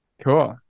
Cool